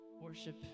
Worship